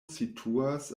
situas